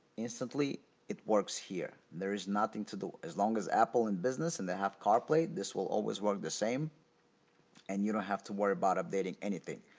instantly it works here. there is nothing to do as long as apple's in business and they have carplay, this will always work the same and you don't have to worry about updating anything.